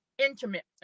intimate